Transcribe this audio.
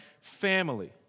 family